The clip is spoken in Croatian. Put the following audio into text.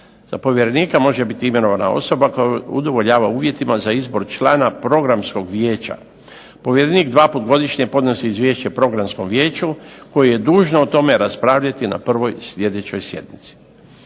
Za povjerenika može biti imenovana osoba koja udovoljava uvjetima za izbor člana Programskog vijeća. Povjerenik 2 puta godišnje podnosi izvješće Programskom vijeću koje je dužno o tome raspraviti na prvoj sljedećoj sjednici.